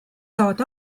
saad